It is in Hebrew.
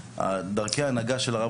דרכי ההנהגה של הרב